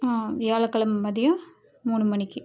ஆ வியாழக்கிழம மதியம் மூணு மணிக்கு